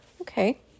Okay